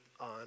on